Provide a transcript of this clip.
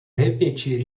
repetir